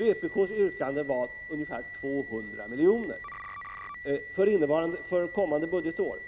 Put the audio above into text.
Vpk:s yrkanden innebar ungefär 200 miljoner för kommande budget.